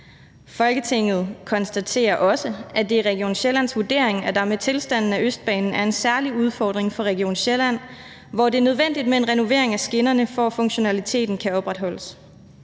Folketinget konstaterer også, at det er Region Sjællands vurdering, at der med tilstanden af Østbanen er en særlig udfordring for Region Sjælland, hvor det er nødvendigt med en renovering af skinnerne, for at funktionaliteten kan opretholdes.